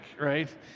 right